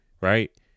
right